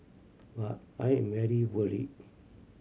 but I am very worried